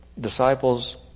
Disciples